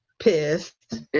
pissed